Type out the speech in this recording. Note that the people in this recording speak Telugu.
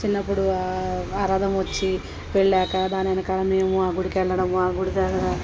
చిన్నప్పుడు ఆ ఆ రథం వచ్చి వెళ్ళాక దాని వెనకాల మేము ఆ గుడికి వెళ్ళడము ఆ గుడి దగ్గర